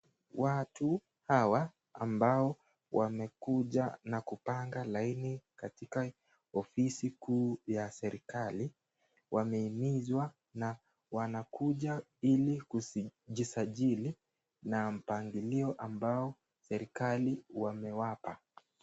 Watu hawa ambao wamekuja na kupanga laini katika ofisi kuu ya serikali, wamehimizwa na wanakuja ili kujisajili na mpangilio ambao serikali wamewapa.